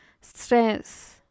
stress